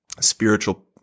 spiritual